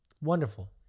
wonderful